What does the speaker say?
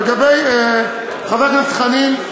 לגבי חבר הכנסת חנין,